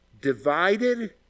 divided